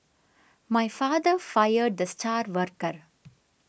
my father fired the star worker